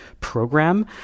program